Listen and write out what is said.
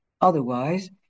Otherwise